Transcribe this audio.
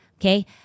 Okay